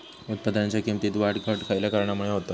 उत्पादनाच्या किमतीत वाढ घट खयल्या कारणामुळे होता?